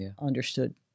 understood